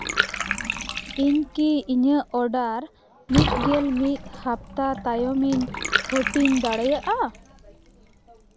ᱤᱧ ᱠᱤ ᱤᱧᱟᱹᱜ ᱚᱰᱟᱨ ᱢᱤᱫ ᱜᱮᱞ ᱢᱤᱫ ᱦᱟᱯᱛᱟ ᱛᱟᱭᱚᱢᱤᱧ ᱦᱟᱹᱴᱤᱧ ᱫᱟᱲᱮᱭᱟᱜᱼᱟ